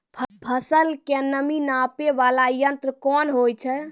फसल के नमी नापैय वाला यंत्र कोन होय छै